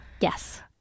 Yes